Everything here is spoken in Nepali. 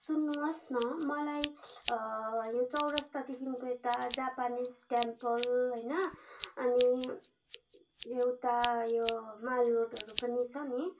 सुन्नु होस् न मलाई यो चौरस्तादेखिको यता जापानिस टेम्पल होइन अनि एउटा यो माल रोडहरू पनि छ नि